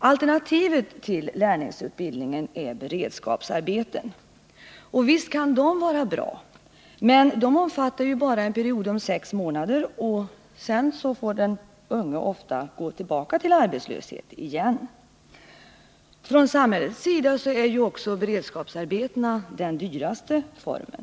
Alternativet till lärlingsutbildningen är beredskapsarbeten. Visst kan de vara bra, men de omfattar ju bara en period om sex månader, och sedan får den unge ofta gå tillbaka till arbetslöshet igen. För samhället är också beredskapsarbeten den dyraste formen.